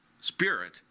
spirit